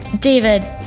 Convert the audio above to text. David